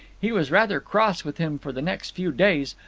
he was rather cross with him for the next few days,